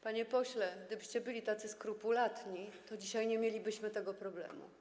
Panie pośle, gdybyście byli tacy skrupulatni, to dzisiaj nie mielibyśmy tego problemu.